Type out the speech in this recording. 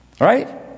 Right